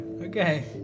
Okay